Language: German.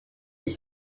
ich